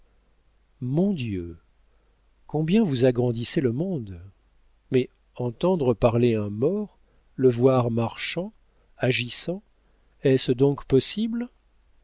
mon dieu combien vous agrandissez le monde mais entendre parler un mort le voir marchant agissant est-ce donc possible